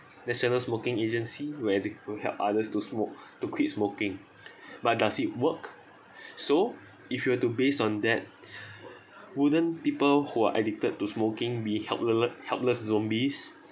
national smoking agency where they will help others to smoke to quit smoking but does it work so if you were to based on that wouldn't people who are addicted to smoking be helple~ helpless zombies